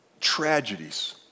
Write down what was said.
tragedies